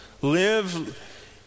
Live